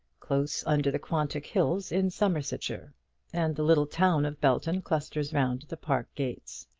close under the quantock hills in somersetshire and the little town of belton clusters round the park gates.